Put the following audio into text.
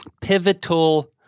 Pivotal